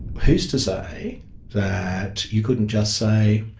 who's to say that you couldn't just say,